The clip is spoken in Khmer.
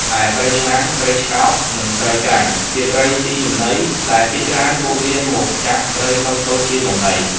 ឯ ត្រីឆ្លាំង ត្រីឆ្កោក និងត្រីក្រាញ់ ជាត្រិសុីចំណី ដែលភាគច្រើនពួកវាមកចាប់ត្រីតូចៗជាចំណី។